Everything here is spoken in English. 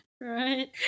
Right